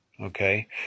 Okay